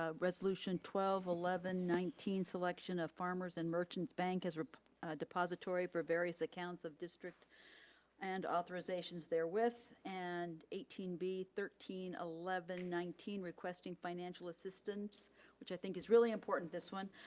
ah resolution twelve, eleven, nineteen selection of farmers and merchant bank as a depository for various accounts of district and authorizations there with and eighteen b, thirteen, eleven, nineteen requesting financial assistance which i think is really important, this one,